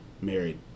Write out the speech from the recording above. married